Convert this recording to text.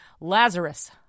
Lazarus